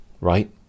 right